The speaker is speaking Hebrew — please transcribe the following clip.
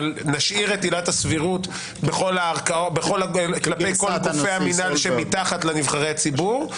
אבל נשאיר את עילת הסבירות כלפי כל גופי המינהל שמתחת לנבחרי ציבור,